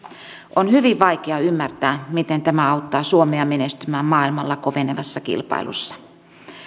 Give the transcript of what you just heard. on hyvin vaikea ymmärtää miten tämä auttaa suomea menestymään maailmalla kovenevassa kilpailussa